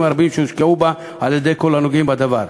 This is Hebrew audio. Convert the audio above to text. הרבים שהושקעו בה על-ידי כל הנוגעים בדבר.